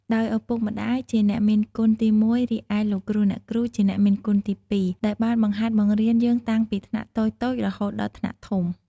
ដោយឪពុកម្តាយជាអ្នកមានគុណទីមួយរីឯលោកគ្រូ អ្នកគ្រូជាអ្នកមានគុណទីពីរដែលបានបង្ហាត់បង្រៀនយើងតាំងពីថ្នាក់តូចៗរហូតដល់ថ្នាក់ធំ។